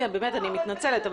באמת אני מתנצלת.